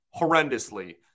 horrendously